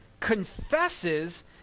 confesses